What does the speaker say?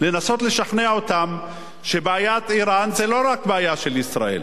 לנסות לשכנע אותם שבעיית אירן היא לא רק של ישראל